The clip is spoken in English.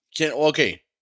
Okay